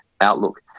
outlook